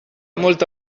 molta